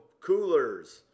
coolers